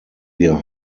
wir